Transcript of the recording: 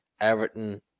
Everton